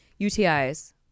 UTIs